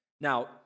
Now